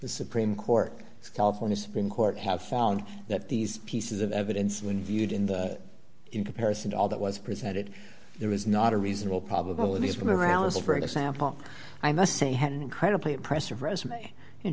the supreme court california supreme court have found that these pieces of evidence when viewed in the in comparison to all that was presented there was not a reasonable probability has been around so for example i must say had an incredibly impressive resume in